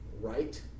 right